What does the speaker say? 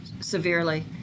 severely